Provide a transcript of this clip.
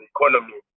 economy